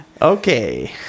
Okay